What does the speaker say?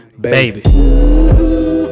Baby